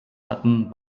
hatten